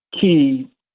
key